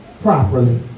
properly